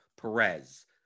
Perez